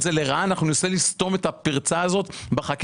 זה לרעה; אנחנו ננסה לסתום את הפרצה הזו בחקיקה.